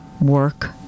work